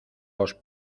los